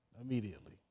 Immediately